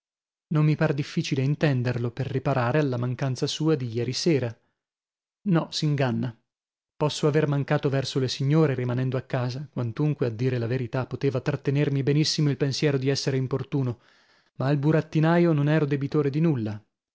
non mi par difficile intenderlo per riparare alla mancanza sua d'ieri sera no s'inganna posso aver mancato verso le signore rimanendo a casa quantunque a dire la verità poteva trattenermi benissimo il pensiero di essere importuno ma al burattinaio non ero debitore di nulla